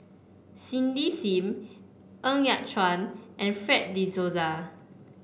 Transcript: Cindy Sim Ng Yat Chuan and Fred De Souza